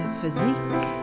physique